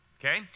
Okay